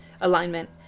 alignment